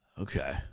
Okay